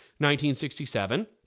1967